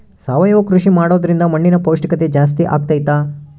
ಸಾವಯವ ಕೃಷಿ ಮಾಡೋದ್ರಿಂದ ಮಣ್ಣಿನ ಪೌಷ್ಠಿಕತೆ ಜಾಸ್ತಿ ಆಗ್ತೈತಾ?